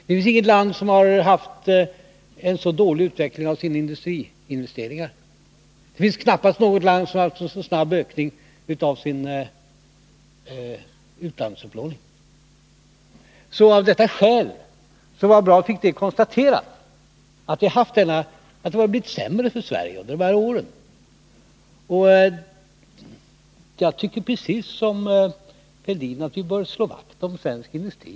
Det finns inget land som haft en så dålig utveckling av sina industriinvesteringar. Det finns knappast något land som haft en så snabb ökning av sin utlandsupplåning. Av dessa skäl var det bra att jag fick konstaterat att det har blivit sämre för Sverige under de här åren. Och jag tycker precis som Thorbjörn Fälldin att vi bör slå vakt om svensk industri.